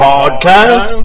Podcast